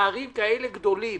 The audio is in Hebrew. עם פערים כאלה גדולים